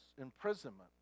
imprisonment